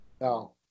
No